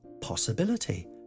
possibility